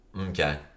Okay